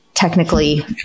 technically